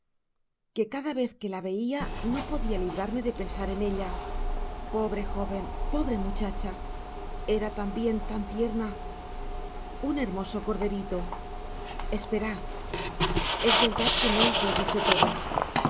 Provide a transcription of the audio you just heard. que cada vez que la veia no podia librarme de pensar en ella pobre joven pobre muchacha era tambien tan tierna un hermoso corderito esperad es verdad que no os lo he dicho todo